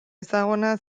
ezaguna